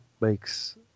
makes